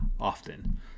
often